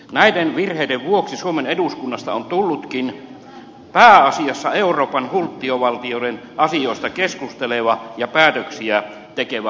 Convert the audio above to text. näiden virheiden vuoksi suomen eduskunnasta on tullutkin pääasiassa euroopan hulttiovaltioiden asioista keskusteleva ja päätöksiä tekevä parlamentti